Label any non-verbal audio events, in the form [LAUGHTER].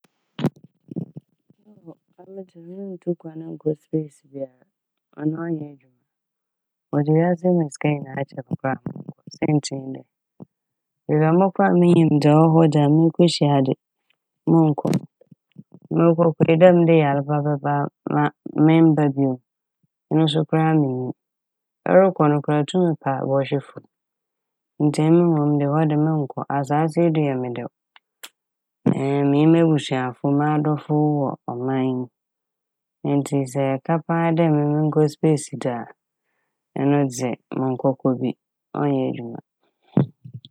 [NOISE] Oho ame dze munntu kwan nnkɔ "space" biara a ɔno ɔnnyɛ edwuma. Wɔdze wiase mu sika nyinaa kyɛ me koraa [NOISE] a saintsir nye dɛ beebi a mɔkɔ a minnyim dza ɔwɔ hɔ mokɔhyia dze monnkɔ. [NOISE] Mobɔkɔ yi dɛ mede yar bɛba a ma - memmba bio no so koraa minnyim. Ɛrokɔ no koraa a itum pa bɔhwe famu ntsi emi mom de hɔ de monnkɔ. Asaase yi do yɛ me dɛw [HESITATION] menye m'ebusuafo, m'adɔfo wɔ ɔman yi mu ntsi sɛ ɛka paa dɛ monkɔ "space" dze a ɛno dze monnkɔkɔ bi ɔnnyɛ edwuma. [NOISE]